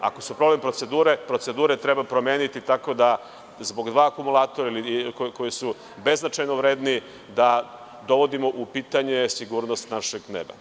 Ako su problem procedure, procedure treba promeniti tako da zbog dva akumulatora koji su beznačajno vredni da dovodimo u pitanje sigurnost našeg neba.